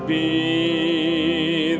be